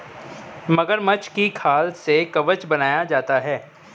मगरमच्छ की खाल से कवच बनाया जाता है